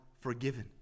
forgiven